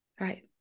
Right